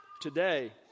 today